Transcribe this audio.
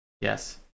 Yes